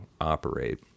operate